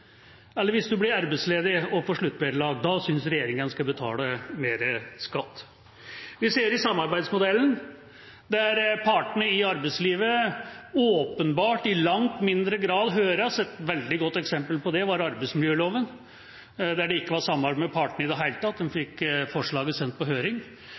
Eller hvis en blir arbeidsledig og får sluttvederlag – da synes regjeringa en skal betale mer skatt. Vi ser det i samarbeidsmodellen, der partene i arbeidslivet åpenbart i langt mindre grad høres. Et veldig godt eksempel på det var arbeidsmiljøloven, der det ikke var samarbeid mellom partene i det hele tatt, de fikk forslaget sendt på høring.